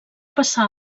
passar